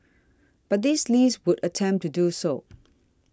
but this list would attempt to do so